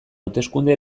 hauteskunde